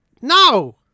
no